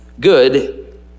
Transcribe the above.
good